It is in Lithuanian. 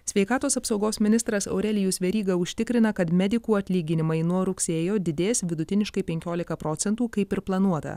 sveikatos apsaugos ministras aurelijus veryga užtikrina kad medikų atlyginimai nuo rugsėjo didės vidutiniškai penkiolika procentų kaip ir planuota